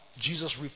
Jesus